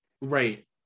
Right